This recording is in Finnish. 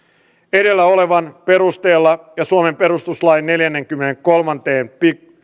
edellä olevan perusteella ja suomen perustuslain neljänteenkymmenenteenkolmanteen